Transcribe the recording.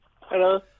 Hello